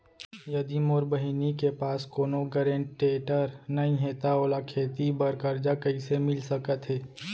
यदि मोर बहिनी के पास कोनो गरेंटेटर नई हे त ओला खेती बर कर्जा कईसे मिल सकत हे?